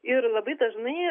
ir labai dažnai